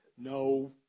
no